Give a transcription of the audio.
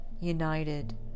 united